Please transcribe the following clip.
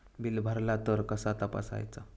Bill भरला तर कसा तपसायचा?